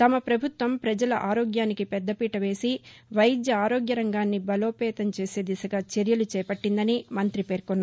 తమ పభుత్వం పజల ఆరోగ్యానికి పెద్దపీట వేసి వైద్య ఆరోగ్య రంగాన్ని బలోపేతం చేసే దిశగా చర్యలు చేపట్టిందని మంతి పేర్కొన్నారు